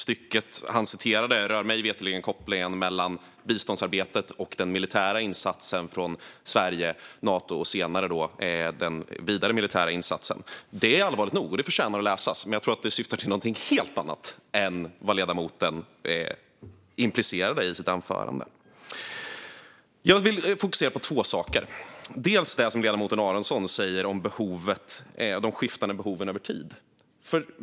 Stycket han citerade rör mig veterligen kopplingen mellan biståndsarbetet och den militära insatsen från Sverige och Nato, och senare den vidare militära insatsen. Det är allvarligt nog, och det förtjänar att läsas. Men jag tror att det syftar till någonting helt annat än vad ledamoten implicerade i sitt anförande. Jag vill fokusera på två saker. Den första är det som ledamoten Emilsson säger om de skiftande behoven över tid.